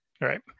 Right